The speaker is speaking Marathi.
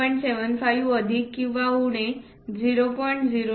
75 अधिक किंवा उणे 0